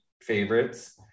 favorites